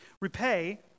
Repay